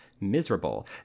miserable